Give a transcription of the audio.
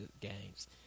games